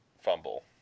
fumble